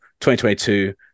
2022